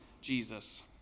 Jesus